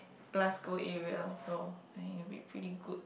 plus go area so I think it will be pretty good